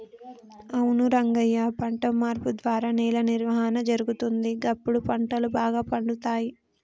అవును రంగయ్య పంట మార్పు ద్వారా నేల నిర్వహణ జరుగుతుంది, గప్పుడు పంటలు బాగా పండుతాయి